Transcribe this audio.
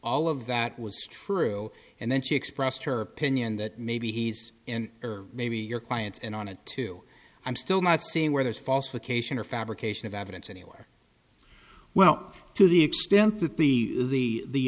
all of that was true and then she expressed her opinion that maybe he's and or maybe your clients and i wanted to i'm still not seeing where there's falsification or fabrication of evidence anywhere well to the extent that the the